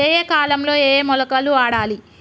ఏయే కాలంలో ఏయే మొలకలు వాడాలి?